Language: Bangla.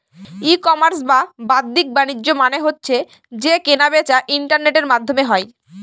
ই কমার্স বা বাদ্দিক বাণিজ্য মানে হচ্ছে যে কেনা বেচা ইন্টারনেটের মাধ্যমে হয়